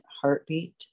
heartbeat